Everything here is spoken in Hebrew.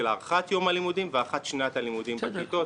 הארכת יום הלימודים והארכת שנת הלימודים בכיתות,